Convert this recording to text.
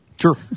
Sure